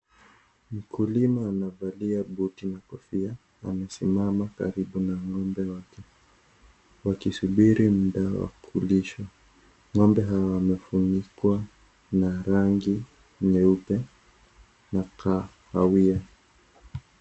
Mkulima anavalia buti na kofia amesimama karibu na ngombe wake akisubiri muda wa kulisha ,ngombe hawa wamefunikwa na rangi nyeupe na kahawia.